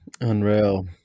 Unreal